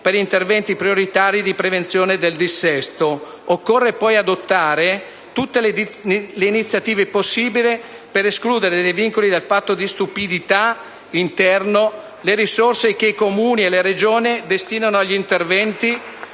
per interventi prioritari di prevenzione del dissesto. Occorre poi adottare tutte le iniziative possibili per escludere dai vincoli del Patto di «stupidità» interno le risorse che i Comuni e le Regioni destinano agli interventi